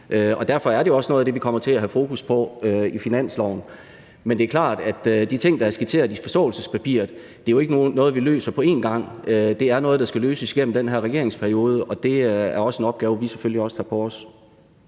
Og derfor er det også noget af det, vi kommer til at have fokus på i finanslovsforhandlingerne. Men det er klart, at de ting, der er skitseret i forståelsespapiret, jo ikke er noget, vi løser på én gang; det er noget, der skal løses igennem den her regeringsperiode, og det er også en opgave, som vi selvfølgelig tager på os.